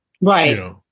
right